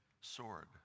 sword